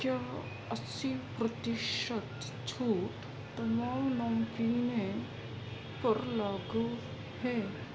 کیا اسی پرتیشت چھوٹ تمام نمکینیں پر لاگو ہے